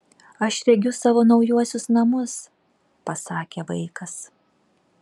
aš regiu savo naujuosius namus pasakė vaikas